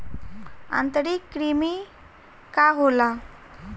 आंतरिक कृमि का होला?